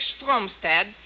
Stromstad